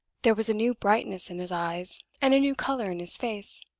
there was a new brightness in his eyes, and a new color in his face.